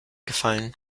gefallen